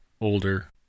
older